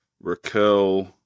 Raquel